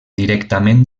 directament